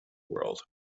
world